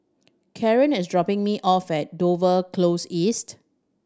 Kaaren is dropping me off at Dover Close East